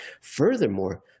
Furthermore